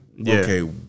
okay